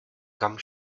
kam